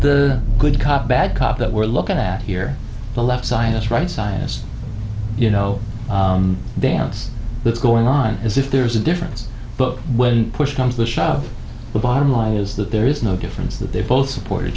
the good cop bad cop that we're looking at here the left science right science you know dance that's going on as if there's a difference but when push comes to shove the bottom line is that there is no difference that they both support your